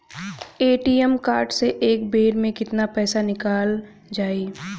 ATM card से एक बेर मे केतना पईसा निकल जाई?